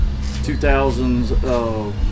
2000s